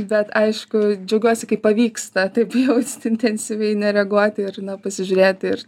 bet aišku džiaugiuosi kai pavyksta taip jausti intensyviai nereaguoti ir pasižiūrėti ir